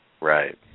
right